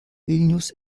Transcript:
vilnius